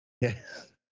Yes